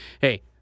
Hey